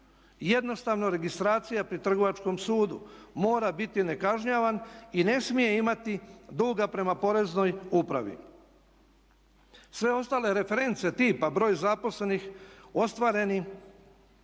Jednostavno registracija pri trgovačkom sudu, mora biti nekažnjavan i ne smije imati duga prema poreznoj upravi. Sve ostale reference tipa broj zaposlenih ostvareni